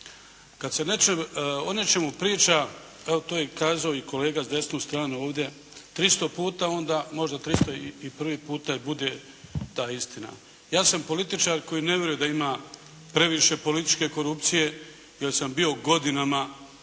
Kad se o nečemu priča, evo to je kazao i kolega s desnu stranu ovdje, 300 puta onda, možda 301 puta i bude ta istina. Ja sam političar koji ne vjeruje da ima previše političke korupcije, jer sam bio godinama u